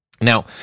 Now